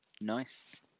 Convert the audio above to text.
Nice